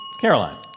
Caroline